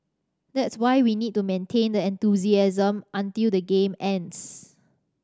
that's why we need to maintain that enthusiasm until the game ends